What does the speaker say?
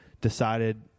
decided